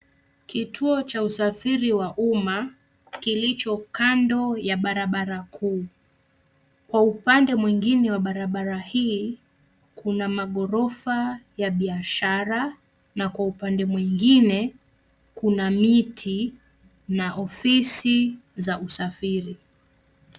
Kituo cha usafiri wa umma kilicho kando ya barabara kuu. Kwa upande mwingine wa barabara hii, kuna maghorofa ya biashara na kwa upande mwingine kuna miti na ofisi za usafiri.